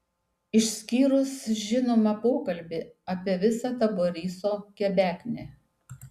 išskyrus žinoma pokalbį apie visą tą boriso kebeknę